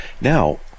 Now